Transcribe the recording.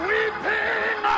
Weeping